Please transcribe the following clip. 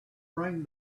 rang